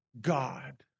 God